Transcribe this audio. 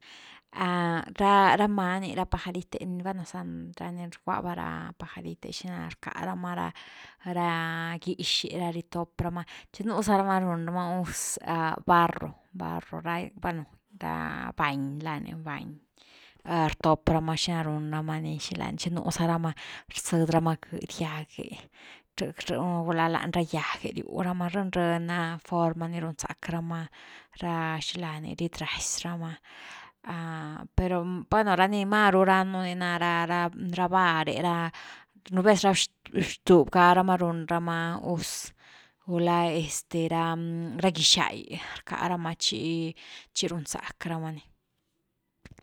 A ra–ra many ra pajarit’e, val´na za ni rgwa va, ra pajarit’e xina ricka rama ra gix’e ra ritop rama, chi nú rama run rama gus barro, barro ra, bueno, bañ lá ni bañ rtop rama, xina run rama ni, xilani, tchi nú zaramarzëd r ama gëdy gyagrh rh, gula lañ ra gyag’e riu rama, reny-reny na forma ni run zack rama ra xilani lat razy rama pero ra ni más ru ran nú ni ná ra’ ra barr’e ra, nú vez ra xbtuby garama run ramá gus gulá este ra gixá gyrcá rama chi-chi run zack rama ni.